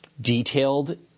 detailed